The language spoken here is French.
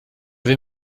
vais